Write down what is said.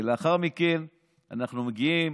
ולאחר מכן אנחנו מגיעים